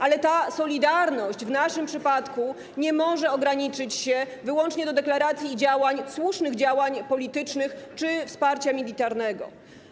Ale ta solidarność w naszym przypadku nie może ograniczyć się wyłącznie do deklaracji i słusznych działań politycznych czy do wsparcia militarnego.